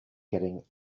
getting